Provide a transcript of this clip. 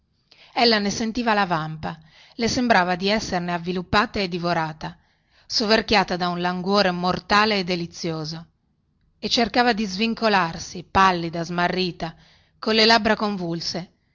essere ella ne sentiva la vampa le sembrava di esserne avviluppata e divorata soverchiata da un languore mortale e delizioso e cercava di svincolarsi pallida smarrita colle labbra convulse